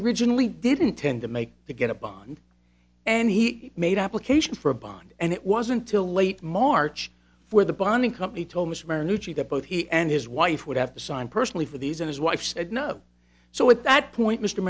regionally didn't tend to make the get a bond and he made application for a bond and it wasn't till late march for the bonding company told mr ngugi that both he and his wife would have to sign personally for these and his wife said no so at that point m